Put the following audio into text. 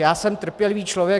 Já jsem trpělivý člověk.